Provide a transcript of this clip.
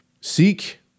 seek